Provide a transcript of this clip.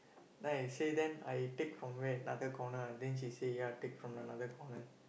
then I say then I take from where another corner ah then she said yeah take from another corner